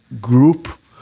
group